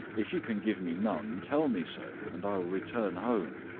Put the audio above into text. if you can give me none, tell me so, and i will return home.